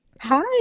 Hi